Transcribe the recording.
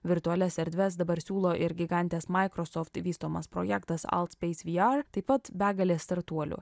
virtualias erdves dabar siūlo ir gigantės microsoft vystomas projektas alt space vr taip pat begalė startuolių